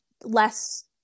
less